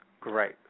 Great